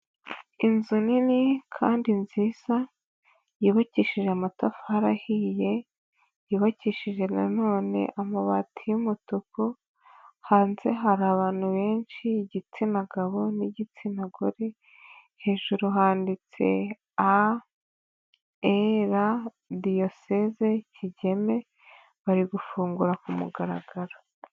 Inzu nini kandi nziza yubakishije amatafari ahiye, yubakishije nanone amabati y'umutuku, hanze hari abantu benshi igitsina gabo n'igitsina gore, hejuru handitse AER Diocese Kigeme, bari gufungura ku mugaragaro.